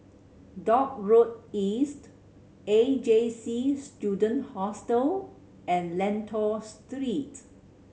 Dock Road East A J C Student Hostel and Lentor Street